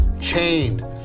chained